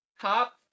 top